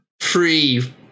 Free